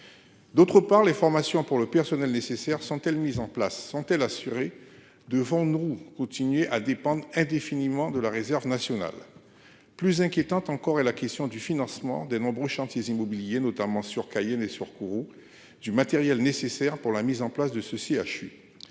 D'autre part les formations pour le personnel nécessaire sont-elles mises en place sont-elles assurées. Devons-nous continuer à dépendre indéfiniment de la réserve nationale. Plus inquiétante encore, est la question du financement des nombreux chantiers il m'oublier notamment sur Cayenne et sur Kourou du matériel nécessaire pour la mise en place de ce CHU.